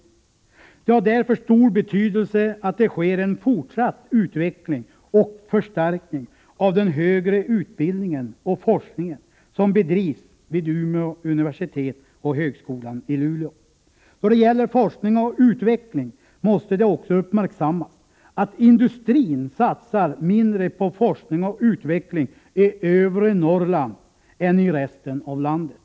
Det har därför stor betydelse att det sker en fortsatt utveckling och förstärkning av den högre utbildning och forskning som bedrivs vid Umeå universitet och högskolan i Luleå. Då det gäller forskning och utveckling måste det också uppmärksammas att industrin satsar mindre på FoU i övre Norrland än i resten av landet.